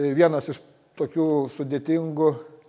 vienas iš tokių sudėtingų